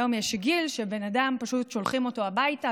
היום יש גיל שבו שולחים בן אדם הביתה,